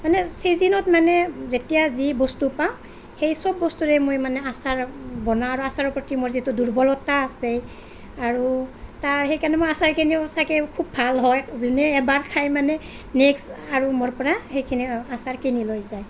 মানে চিজনত মানে যেতিয়া যি বস্তু পাওঁ সেই চব বস্তুৰে মই মানে আচাৰ বনাওঁ আৰু আচাৰৰ প্ৰতি মোৰ যিটো দুৰ্বলতা আছে আৰু তাৰ সেই কাৰণে মোৰ আচাৰখিনিও চাগে খুব ভাল হয় যোনে এবাৰ খাই মানে নেক্সট আৰু মোৰ পৰা সেইখিনি আচাৰ কিনি লৈ যায়